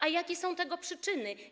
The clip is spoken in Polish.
A jakie są tego przyczyny?